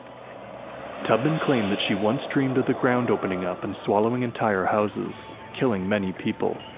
tubman claimed that she once dreamed of the ground opening up and swallowing entire houses, killing many people.